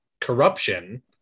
corruption